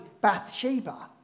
Bathsheba